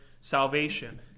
salvation